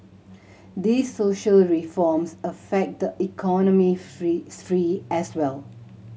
these social reforms affect the economic sphere as well